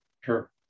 Sure